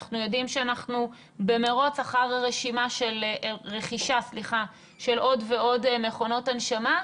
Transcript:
אנחנו יודעים שאנחנו במרוץ אחר רכישה של עוד ועוד מכונות הנשמה,